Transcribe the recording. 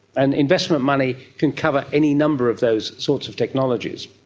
and investment money can cover any number of those sorts of technologies.